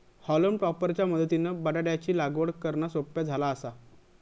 हॉलम टॉपर च्या मदतीनं बटाटयाची लागवड करना सोप्या झाला आसा